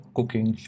Cooking